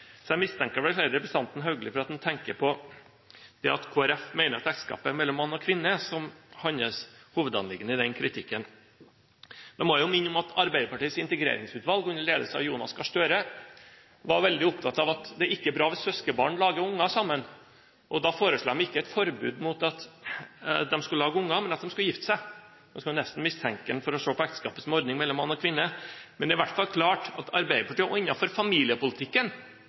Så jeg mistenker vel at representanten Håkon Hauglis hovedanliggende i den kritikken er hva Kristelig Folkeparti mener om ekteskapet mellom mann og kvinne. Da må jeg minne om at Arbeiderpartiets integreringsutvalg, under ledelse av Jonas Gahr Støre, var veldig opptatt av at det ikke er bra hvis søskenbarn lager unger sammen. Da foreslo de ikke et forbud mot at de skulle lage unger, men at de skulle gifte seg. Man kunne nesten mistenkt ham for å se på ekteskapet som en ordning mellom mann og kvinne. Det er i hvert fall klart at Arbeiderpartiet og andre når det gjelder familiepolitikken,